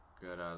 good